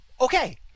okay